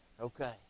Okay